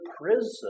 prison